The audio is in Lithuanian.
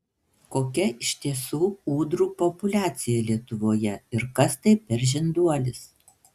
kokia iš tiesų ūdrų populiacija lietuvoje ir kas tai per žinduolis